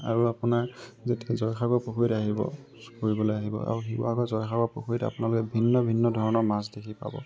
আৰু আপোনাৰ যেতিয়া জয়সাগৰ পুখুৰীত আহিব ফুৰিবলৈ আহিব আৰু শিৱসাগৰ জয়সাগৰ পুখুৰীত আপোনালোকে ভিন্ন ভিন্ন ধৰণৰ মাছ দেখি পাব